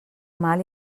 mal